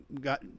got